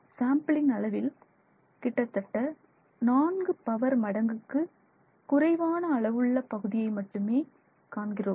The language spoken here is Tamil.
சாம்பிளின் அளவில் கிட்டத்தட்ட நான்கு பவர் மடங்குக்கு குறைவான அளவுள்ள பகுதியை மட்டுமே காண்கிறோம்